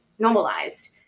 normalized